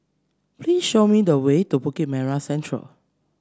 please show me the way to Bukit Merah Central